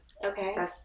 Okay